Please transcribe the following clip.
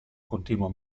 continuo